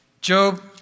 Job